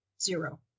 zero